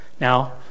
Now